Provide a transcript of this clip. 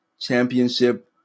Championship